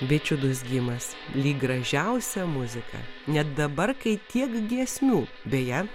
bičių dūzgimas lyg gražiausia muzika net dabar kai tiek giesmių beje